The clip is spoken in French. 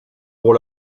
pour